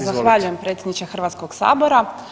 Zahvaljujem Predsjedniče Hrvatskog sabora.